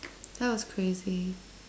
that was crazy